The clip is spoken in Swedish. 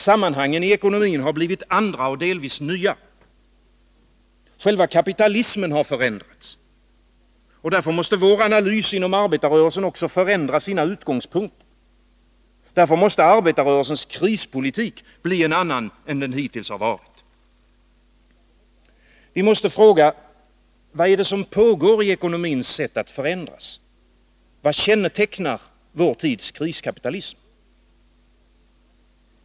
Sammanhangen i ekonomin är andra och delvis nya. Själva kapitalismen har förändrats. Därför måste vår analys inom arbetarrörelsen också förändra sina utgångspunkter. Därför måste arbetarrörelsens krispolitik bli en annan än den hittills har varit. Vi måste fråga: Vad är det som pågår i ekonomins sätt att förändras? Vad kännetecknar vår tids kriskapitalism?